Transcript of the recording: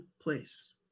place